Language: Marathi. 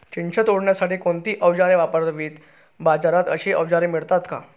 चिंच तोडण्यासाठी कोणती औजारे वापरावीत? बाजारात अशी औजारे मिळतात का?